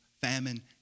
famine